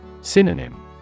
Synonym